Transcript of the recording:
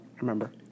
remember